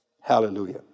Hallelujah